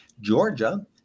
Georgia